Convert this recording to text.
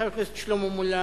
חבר הכנסת שלמה מולה,